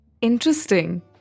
Interesting